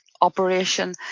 operation